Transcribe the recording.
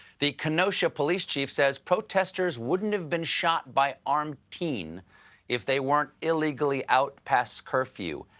the kenosha police chief says protesters wouldn't have been shot by armed teen if they weren't illegally out past curfew.